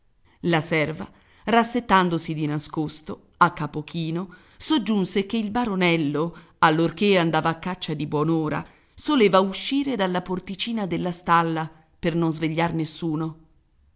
la serva rassettandosi di nascosto a capo chino soggiunse che il baronello allorché andava a caccia di buon'ora soleva uscire dalla porticina della stalla per non svegliar nessuno